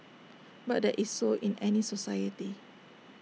but that is so in any society